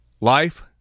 life